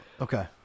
Okay